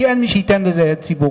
כי אין מי שייתן לזה הד ציבורי,